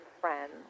friends